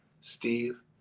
Steve